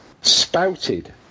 spouted